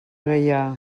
gaià